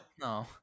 no